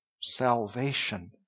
salvation